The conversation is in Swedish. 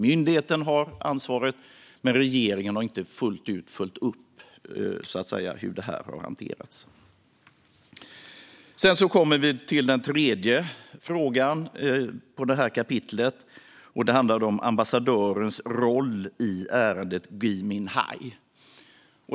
Myndigheten har ansvaret, men regeringen har inte fullt ut följt upp hur detta har hanterats. Sedan kommer jag till den tredje frågan i detta kapitel som handlar om ambassadörens roll i ärendet om Gui Minhai.